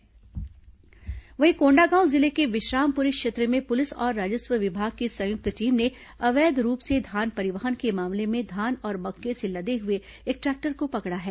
धान खरीदी भाजपा आरोप वहीं कोंडागांव जिले के विश्रामपुरी क्षेत्र में पुलिस और राजस्व विभाग की संयुक्त टीम ने अवैध रूप से धान परिवहन के मामले में धान और मक्के से लदे हुए एक ट्रैक्टर को पकड़ा है